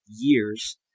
years